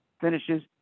finishes